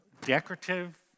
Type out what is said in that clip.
decorative